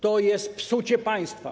To jest psucie państwa.